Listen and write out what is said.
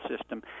system